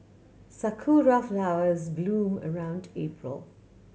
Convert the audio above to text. sakura flowers bloom around April